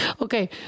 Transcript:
Okay